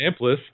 Amplis